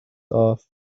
off